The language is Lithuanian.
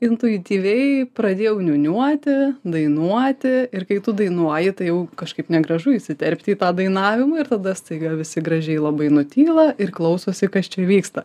intuityviai pradėjau niūniuoti dainuoti ir kai tu dainuoji tai jau kažkaip negražu įsiterpti į tą dainavimą ir tada staiga visi gražiai labai nutyla ir klausosi kas čia vyksta